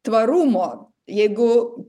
tvarumo jeigu